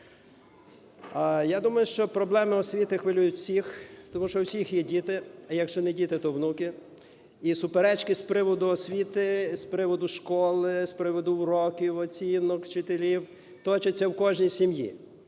Я думаю, що проблеми освіти хвилюють всіх, тому що у всіх є діти, якщо не діти, то внуки. І суперечки з приводу освіти, з приводу школи, з приводу уроків, оцінок, вчителів точиться в кожній сім'ї.